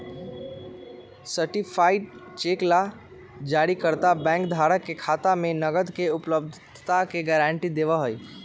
certified cheque ला जारीकर्ता bank धारक के खाता में नकद के उपलब्धता के गारंटी देवा हई